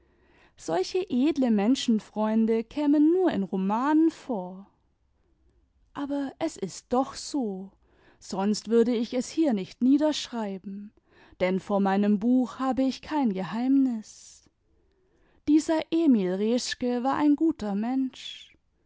solche edle menschenfreunde kämen nur in romanen vor aber es ist doch so sonst würde ich es hier nicht niederschreiben denn vor meinem buch habe ich kein geheimnis dieser emil reschke war ein guter mensch